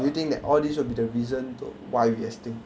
do you think that all these will be the reason to why we extinct